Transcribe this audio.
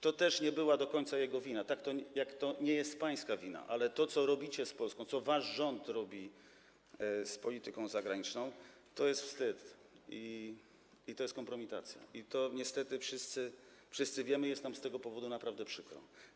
To też nie była do końca jego wina, tak jak to nie jest państwa wina, ale to, co robicie z Polską, co wasz rząd robi z polityką zagraniczną, to jest wstyd i to jest kompromitacja, i to niestety wszyscy wiemy, i jest nam z tego powodu naprawdę przykro.